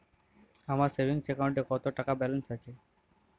আমার সেভিংস অ্যাকাউন্টে কত টাকা ব্যালেন্স আছে?